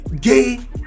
gay